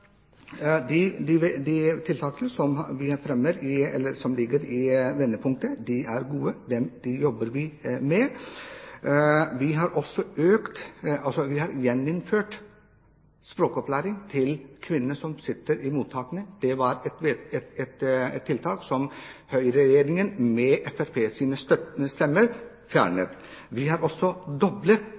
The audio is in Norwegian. de tiltakene vi fremmer, de som ligger i Vendepunkt, er gode, og det jobber vi med. Vi har også gjeninnført språkopplæring for kvinnene som sitter i mottakene. Det var et tiltak som høyre-regjeringen med Fremskrittspartiets støttende stemmer fjernet. Vi har også doblet